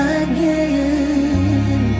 again